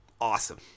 awesome